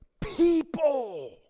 people